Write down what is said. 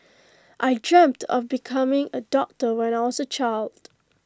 I dreamt of becoming A doctor when I was A child